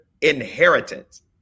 inheritance